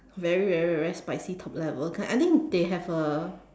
very very very spicy level I think they have a